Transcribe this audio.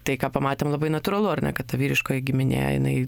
tai ką pamatėm labai natūralu ar ne kad vyriškoji giminė jinai